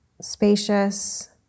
spacious